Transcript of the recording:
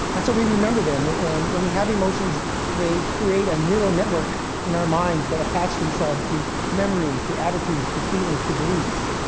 and so we remember them, and when we have emotions they create a neural network in our minds that attach themselves to memories, to attitudes, to feelings, to beliefs.